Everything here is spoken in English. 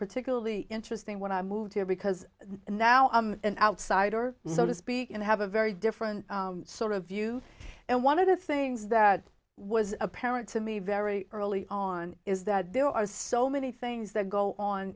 particularly interesting when i moved here because now i'm an outsider so to speak and have a very different sort of view and one of the things that was apparent to me very early on is that there are so many things that go on